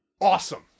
Awesome